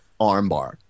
armbar